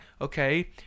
okay